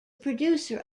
producer